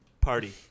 party